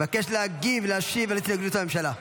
מבקש להשיב על הסתייגות הממשלה.